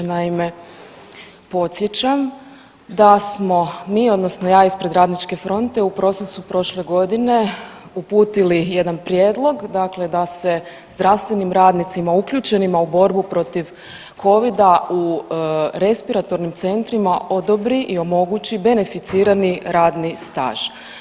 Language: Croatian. Naime, podsjećam da smo mi odnosno ja ispred Radničke fronte u prosincu prošle godine uputili jedan prijedlog da se zdravstvenim radnicima uključenima u borbu protiv covida u respiratornim centrima odobri i omogući beneficirani radni staž.